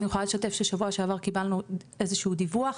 אבל אני יכולה לשתף ששבוע שעבר קיבלנו איזשהו דיווח,